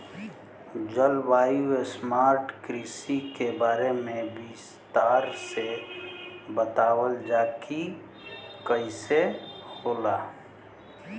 जलवायु स्मार्ट कृषि के बारे में विस्तार से बतावल जाकि कइसे होला?